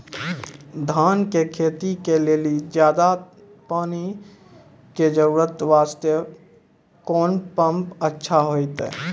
धान के खेती के लेली ज्यादा पानी के जरूरत वास्ते कोंन पम्प अच्छा होइते?